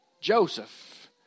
Joseph